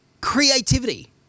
creativity